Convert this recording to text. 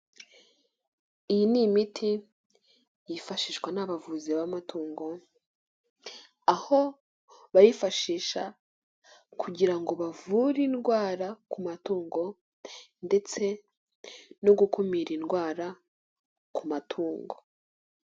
Iyi n'imiti yifashishwa n'abavuzi b'amatungo, aho bayifashisha kugira ngo bavure indwara ku matungo ndetse no gukumira indwara ku matungo.